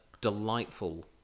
delightful